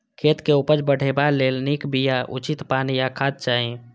खेतक उपज बढ़ेबा लेल नीक बिया, उचित पानि आ खाद चाही